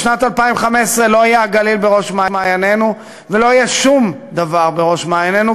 בשנת 2015 לא יהיה הגליל בראש מעיינינו ולא יהיה שום דבר בראש מעיינינו,